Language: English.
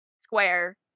square